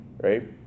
right